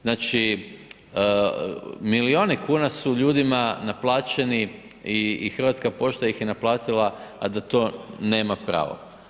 Znači, milioni kuna su ljudima naplaćeni i Hrvatska pošta ih je naplatila, a da to nema pravo.